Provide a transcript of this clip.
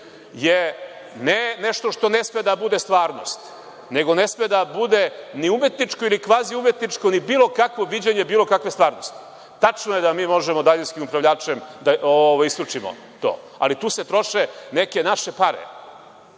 je ne nešto što ne sme da bude stvarnost, nego ne sme da bude ni umetničko, ni kvazi umetničko, ni bilo kakvo viđenje bilo kakve stvarnosti. Tačno je da mi možemo daljinskim upravljačem da isključimo to, ali tu se troše neke naše pare